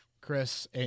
Chris